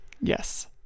Yes